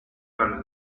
better